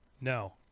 no